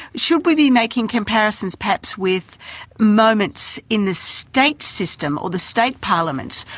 should we be making comparisons perhaps with moments in the state system, or the state parliaments,